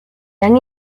han